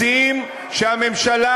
מציעים שהממשלה,